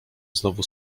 znowu